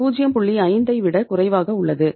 5 ஐ விட குறைவாக உள்ளது